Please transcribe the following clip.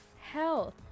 health